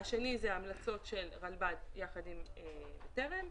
השלב השני הוא ההמלצות של רלב"ד יחד עם ארגון בטרם,